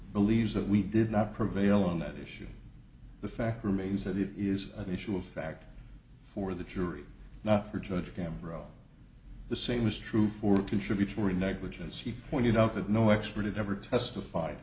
believes that we did not prevail on that issue the fact remains that it is an issue of fact for the jury not for judge gambro the same is true for contributory negligence he pointed out that no experted ever testified